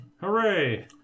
Hooray